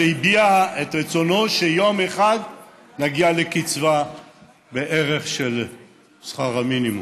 והביע את רצונו שיום אחד נגיע לקצבה בערך של שכר המינימום.